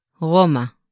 Roma